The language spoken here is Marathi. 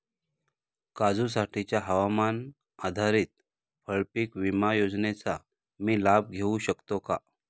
काजूसाठीच्या हवामान आधारित फळपीक विमा योजनेचा मी लाभ घेऊ शकतो का?